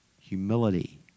humility